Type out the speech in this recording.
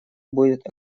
будет